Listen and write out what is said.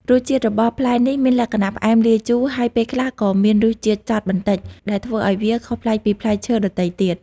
រសជាតិរបស់ផ្លែនេះមានលក្ខណៈផ្អែមលាយជូរ ហើយពេលខ្លះក៏មានរសជាតិចត់បន្តិច ដែលធ្វើឲ្យវាខុសប្លែកពីផ្លែឈើដទៃទៀត។